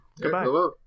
goodbye